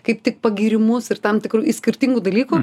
kaip tik pagyrimus ir tam tikrų iš skirtingų dalykų